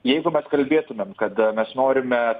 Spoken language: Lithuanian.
jeigu mes kalbėtumėm kad mes norime